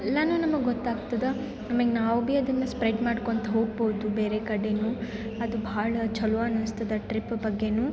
ಎಲ್ಲ ನಮ್ಗೆ ಗೊತ್ತಾಗ್ತದ ಆಮೇಗೆ ನಾವು ಬಿ ಅದನ್ನು ಸ್ಪ್ರೆಡ್ ಮಾಡ್ಕೊಂತ ಹೊಗ್ಬೋದು ಬೇರೆ ಕಡೆ ಅದು ಭಾಳ ಚಲೋ ಅನಿಸ್ತದೆ ಟ್ರಿಪ್ ಬಗ್ಗೇನು